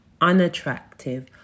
unattractive